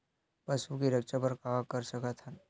पशु के रक्षा बर का कर सकत हन?